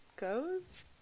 goes